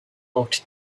looked